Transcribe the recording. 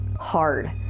hard